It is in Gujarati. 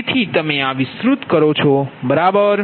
તેથી તમે આ વિસ્તૃત કરો છો બરાબર